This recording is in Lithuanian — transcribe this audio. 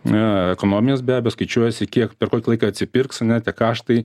ekonominės be abejo skaičiuojasi kiek per kokį laiką atsipirks ane tik raštai